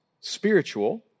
spiritual